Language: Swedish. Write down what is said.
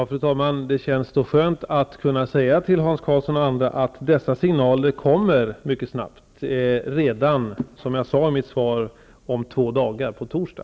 Fru talman! Då känns det skönt att säga till Hans Karlsson och andra att dessa signaler kommer mycket snabbt. De kommer, som jag sade redan i mitt svar, om två dagar, på torsdag.